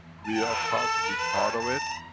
we are proud to be part of it,